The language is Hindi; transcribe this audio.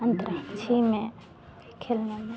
अन्तराक्षी में खेलने में